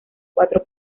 cuatro